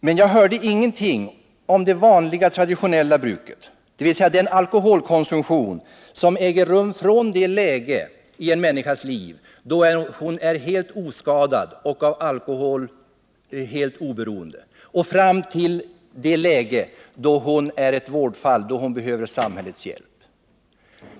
Men jag hörde ingenting om det vanliga, traditionella bruket, dvs. den alkoholkonsumtion som äger rum från den tidpunkt i en människas liv då hon är helt oskadad och oberoende av alkohol och fram till den tidpunkt då hon är ett vårdfall och behöver samhällets hjälp.